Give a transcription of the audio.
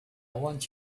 want